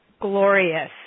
glorious